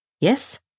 Yes